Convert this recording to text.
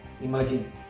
imagine